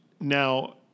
Now